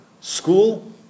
school